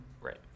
Right